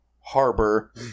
Harbor